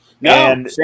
No